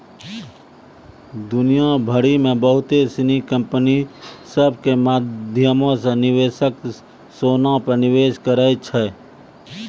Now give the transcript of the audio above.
दुनिया भरि मे बहुते सिनी कंपनी सभ के माध्यमो से निवेशक सोना पे निवेश करै छै